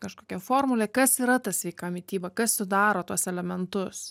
kažkokia formulė kas yra ta sveika mityba kas sudaro tuos elementus